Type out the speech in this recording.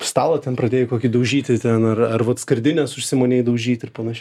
stalą ten pradėjai kokį daužyti ten ar ar vat skardines užsimanei daužyti ir panašiu